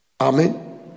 Amen